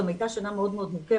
גם הייתה שנה מאוד מורכבת,